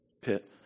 pit